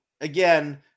again